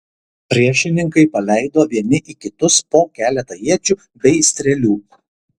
priešininkai paleido vieni į kitus po keletą iečių bei strėlių